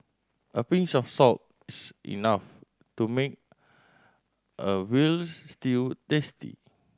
a pinch of salt enough to make a veal stew tasty